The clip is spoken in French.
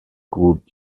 groupe